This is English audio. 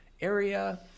area